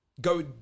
go